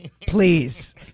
Please